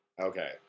Okay